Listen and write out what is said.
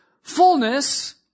fullness